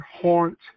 Haunt